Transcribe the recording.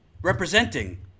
representing